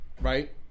Right